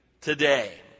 today